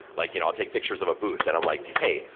like you know i'll take pictures of a booth and i'm like, hey,